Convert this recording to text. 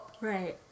Right